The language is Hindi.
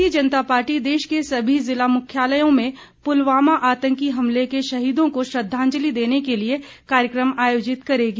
भारतीय जनता पार्टी देशके सभी जिला मुख्यालयों में पुलवामा आतंकी हमले के शहीदों को श्रंद्वाजलि देने के लिए कार्यक्रम आयोजित करेगी